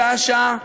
שעה-שעה,